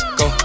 go